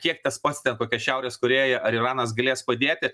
kiek tas pats ten kokia šiaurės korėja ar iranas galės padėti